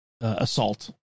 assault